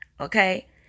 Okay